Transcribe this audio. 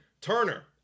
Turner